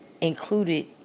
included